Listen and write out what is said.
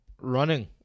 running